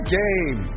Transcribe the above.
game